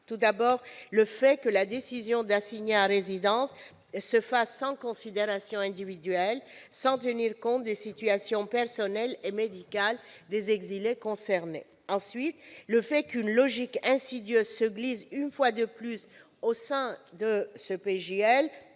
En premier lieu, la décision d'assigner à résidence est prise sans considération individuelle, sans tenir compte des situations personnelles et médicales des exilés concernés. En second lieu, une logique insidieuse se glisse une fois de plus au sein de ce